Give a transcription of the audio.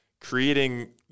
creating